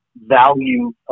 value